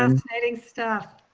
um fascinating stuff.